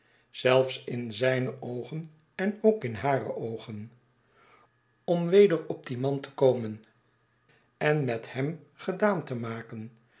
zelfs in zijne oogen enookinhare oogen om weder op dien man te komen en met hem gedaan te maken